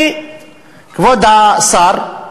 כבוד השר,